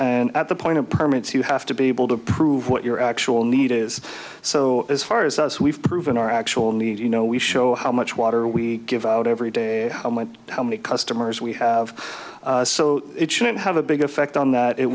and at the point of permits you have to be able to prove what your actual need is so as far as us we've proven our actual need you know we show how much water we give out every day how much the customers we have so it shouldn't have a big effect on that it